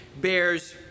bears